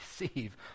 Receive